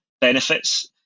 benefits